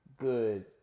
good